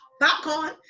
popcorn